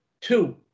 two